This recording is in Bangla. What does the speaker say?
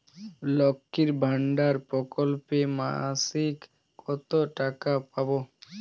লক্ষ্মীর ভান্ডার প্রকল্পে মাসিক কত টাকা পাব?